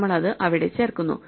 നമ്മൾ അത് അവിടെ ചേർക്കുന്നു